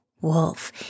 wolf